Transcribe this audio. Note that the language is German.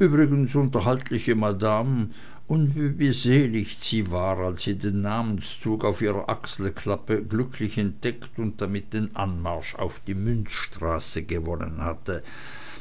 übrigens unterhaltliche madam und wie beseligt sie war als sie den namenszug auf ihrer achselklappe glücklich entdeckt und damit den anmarsch auf die münzstraße gewonnen hatte